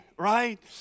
right